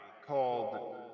Called